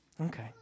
Okay